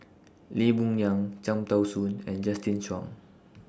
Lee Boon Yang Cham Tao Soon and Justin Zhuang